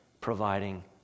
providing